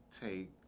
take